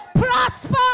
prosper